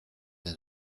and